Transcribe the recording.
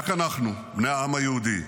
רק אנחנו, בני העם היהודי,